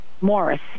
Morris